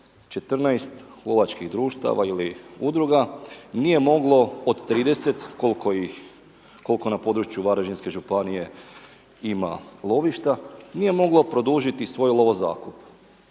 14. lovačkih društava ili udruga nije moglo od 30 koliko ih, koliko na području Varaždinske županije ima lovišta, nije moglo produžiti svoj lovozakup.